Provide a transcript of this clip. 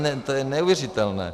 No to je neuvěřitelné!